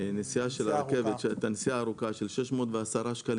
הנסיעה של הרכבת את הנסיעה הארוכה של 610 שקלים